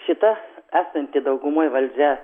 šita esanti daugumoj valdžia